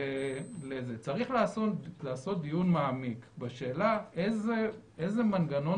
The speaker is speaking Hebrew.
צריך לעשות דיון מעמיק בשאלה איזה מנגנון